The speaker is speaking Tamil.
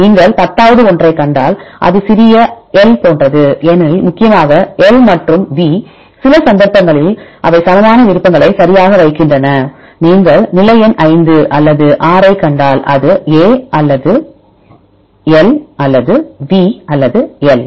நீங்கள் பத்தாவது ஒன்றைக் கண்டால் இது சிறிய l போன்றது ஏனெனில் முக்கியமாக L மற்றும் V சில சந்தர்ப்பங்களில் அவை சமமான விருப்பங்களை சரியாக வைக்கின்றன நீங்கள் நிலை எண் 5 அல்லது 6 ஐக் கண்டால் அது A அல்லது I அல்லது V அல்லது L